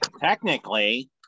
Technically